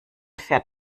fährt